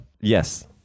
Yes